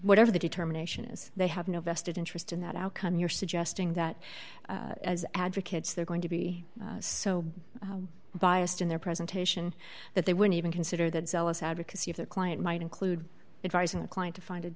whatever the determination is they have no vested interest in that outcome you're suggesting that as advocates they're going to be so biased in their presentation that they would even consider that zealous advocacy of their client might include advising a client to find a